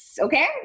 Okay